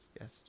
yes